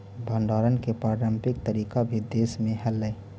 भण्डारण के पारम्परिक तरीका भी देश में हलइ